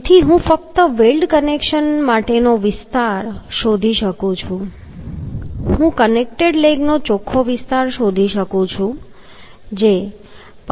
તેથી હું ફક્ત વેલ્ડ કનેક્શન માટેનો વિસ્તાર શોધી શકું છું હું કનેક્ટેડ લેગનો ચોખ્ખો વિસ્તાર શોધી શકું છું